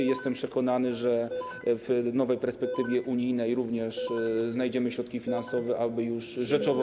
Jestem przekonany, że w nowej perspektywie unijnej również znajdziemy środki finansowe, aby już rzeczowo.